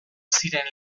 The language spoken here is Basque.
ziren